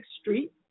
Street